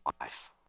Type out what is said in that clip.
life